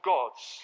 God's